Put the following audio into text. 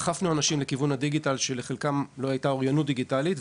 דחפנו אנשים לכיוון הדיגיטל כאשר לחלקם לא הייתה אוריינות דיגיטלית,